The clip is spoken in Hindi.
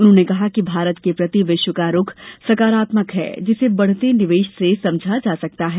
उन्होंने कहा कि भारत के प्रति विश्व का रूख सकारात्मक है जिसे बढ़ते निवेश से समझा जा सकता है